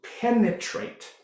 penetrate